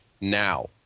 now